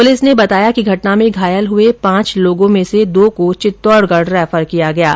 police ने बताया कि घटना में घायल हुए पांच व्यक्तियों में से दो को चित्तौड़गढ़ रैफर किया गया है